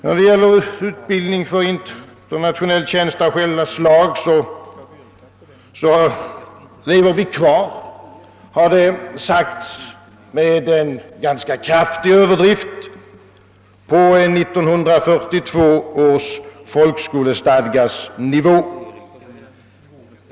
När det gäller utbildning för internationell tjänst av skilda slag, lever vi kvar — har det sagts med en ganska kraftig överdrift — på 1842 års folkskolestadgas nivå.